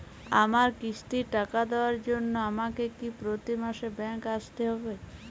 আমার কিস্তির টাকা দেওয়ার জন্য আমাকে কি প্রতি মাসে ব্যাংক আসতে হব?